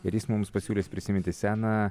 ir jis mums pasiūlys prisiminti seną